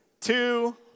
Two